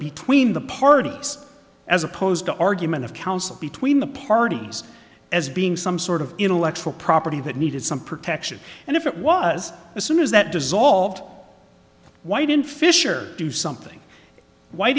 between the parties as opposed to argument of counsel between the parties as being some sort of intellectual property that needed some protection and if it was as soon as that dissolved white in fisher do something why